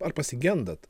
ar pasigendat